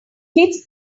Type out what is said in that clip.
kids